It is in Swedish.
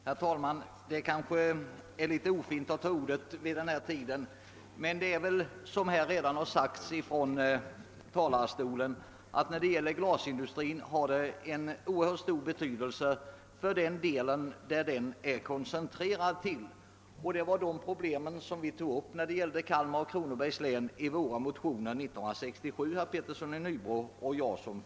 Herr talman! Kanske är det litet ofint att begära ordet vid denna sena tidpunkt, men såsom redan har sagts från denna talarstol har glasindustrin oerhört stor betydelse för den landsända där den är koncentrerad. I våra motioner från år 1967 hade vi tagit upp de problem som Kalmar och Kronobergs län har haft. Som första namn på motionerna stod då herr Petersson i Nybro och jag.